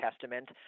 Testament